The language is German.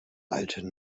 alten